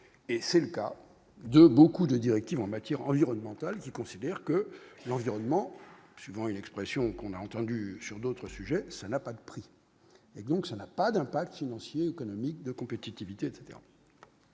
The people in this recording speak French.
et c'est le cas de beaucoup de directives en matière environnementale, qui considère que l'environnement suivant une expression qu'on a entendu sur d'autres sujets, ça n'a pas de prix et donc ça n'a pas d'impact financier et économique de compétitivité, etc,